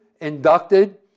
Inducted